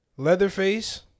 Leatherface